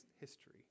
history